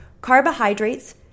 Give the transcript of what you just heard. carbohydrates